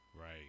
Right